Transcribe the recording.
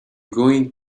going